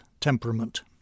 temperament